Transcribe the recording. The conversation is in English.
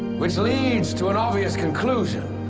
which leads to an obvious conclusion